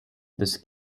this